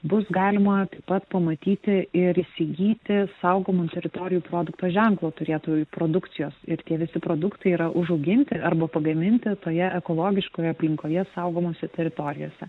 bus galima taip pat pamatyti ir įsigyti saugomų teritorijų produkto ženklo turėtojų produkcijos ir tie visi produktai yra užauginti arba pagaminti toje ekologiškoje aplinkoje saugomose teritorijose